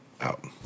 out